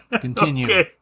Continue